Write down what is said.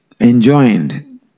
enjoined